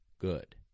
Good